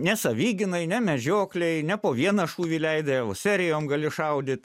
ne savigynai ne medžioklei ne po vieną šūvį leidi o serijom gali šaudyt